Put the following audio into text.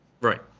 Right